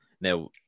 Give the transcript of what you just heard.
Now